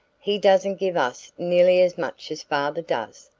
he doesn't give us nearly as much as father does,